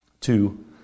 Two